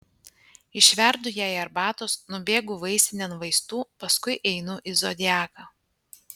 išverdu jai arbatos nubėgu vaistinėn vaistų paskui einu į zodiaką